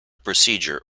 procedure